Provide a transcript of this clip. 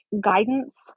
guidance